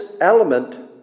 element